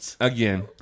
again